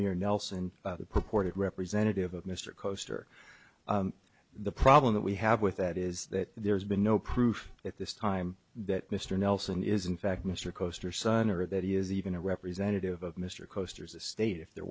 ir nelson the purported representative of mr coaster the problem that we have with that is that there's been no proof at this time that mr nelson is in fact mr coaster son or that he is even a representative of mr coasters the state if there